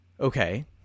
Okay